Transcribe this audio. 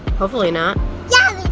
hopefully not yeah,